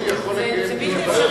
לא, הוא יכול לקיים דיון, זה בלתי אפשרי,